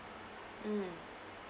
mm